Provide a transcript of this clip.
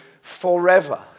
forever